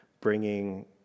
bringing